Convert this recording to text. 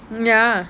ya